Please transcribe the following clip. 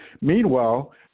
Meanwhile